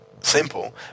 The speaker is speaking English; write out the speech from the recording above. simple